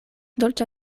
dolĉa